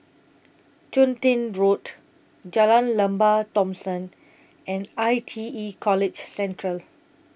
Chun Tin Road Jalan Lembah Thomson and I T E College Central